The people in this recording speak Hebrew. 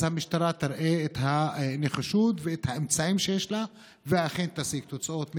אז המשטרה תראה את הנחישות ואת האמצעים שיש לה ואכן תשיג תוצאות.